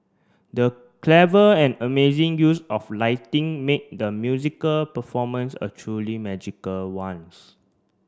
the clever and amazing use of lighting made the musical performance a truly magical ones